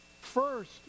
first